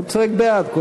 התשע"ג 2013,